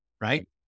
right